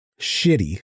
shitty